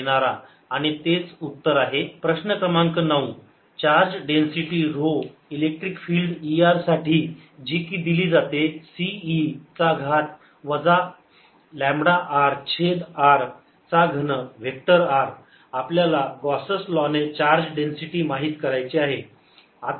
ds।outersurface4πCe λRdR4πCe λRe λdR4πCe λR1 λdR 4πCλe λRdR प्रश्न क्रमांक 9 charge density rho electric field E r साठी जी की दिली जाते C e चा घात वजा लांबडा r छेद r चा घन व्हेक्टर r आपल्याला गॉस लाँ ने चार्ज डेन्सिटी माहित करायची आहे